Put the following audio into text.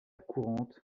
courante